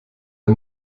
der